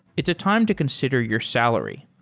it's a time to consider your salary.